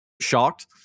shocked